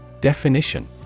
Definition